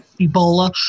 Ebola